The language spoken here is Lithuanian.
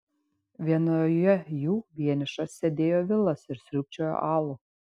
vienoje jų vienišas sėdėjo vilas ir sriubčiojo alų